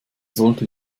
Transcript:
sollte